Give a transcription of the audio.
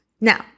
Now